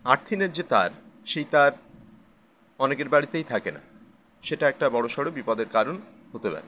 আরথিংয়ের যে তার সেই তার অনেকের বাড়িতেই থাকে না সেটা একটা বড়ো সড়ো বিপদের কারণ হতে পারে